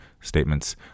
statements